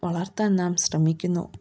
വളർത്താൻ നാം ശ്രമിക്കുന്നു